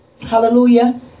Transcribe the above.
hallelujah